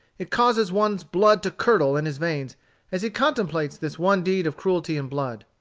it causes one's blood to curdle in his veins as he contemplates this one deed of cruelty and blood.